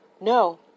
No